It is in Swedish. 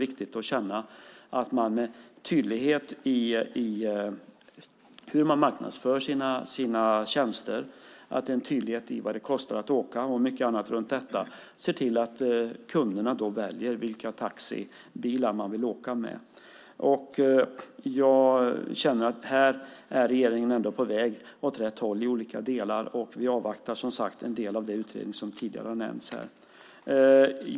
Det är också viktigt hur man marknadsför sina tjänster, att det är en tydlighet i vad det kostar att åka och så vidare. Då kan kunderna välja vilka bolag man vill åka med. Regeringen är på väg åt rätt håll, och vi avvaktar som sagt en del av det utredningsmaterial som tidigare har nämnts.